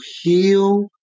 heal